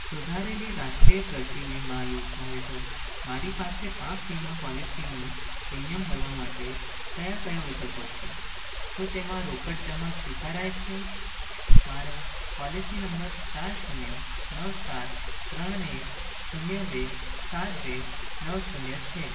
સુધારેલી રાષ્ટ્રીય કૃષિ વીમા યોજના હેઠળ મારી પાસે પાક વીમા પૉલિસીનું પ્રીમિયમ ભરવા માટે કયા ક્યા વિકલ્પો છે શું તેમાં રોકડ જમા સ્વીકારાય છે મારો પૉલિસી નંબર ચાર શૂન્ય નવ સાત ત્રણ એક શૂન્ય બે સાત બે નવ શૂન્ય છે